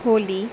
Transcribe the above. Holi